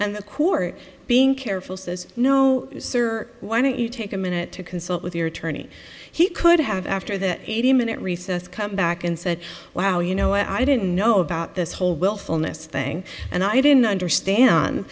and the court being careful says no why don't you take a minute to consult with your attorney he could have after that eighty minute recess come back and said wow you know i didn't know about this whole willfulness thing and i didn't understand